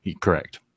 Correct